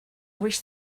wish